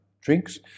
drinks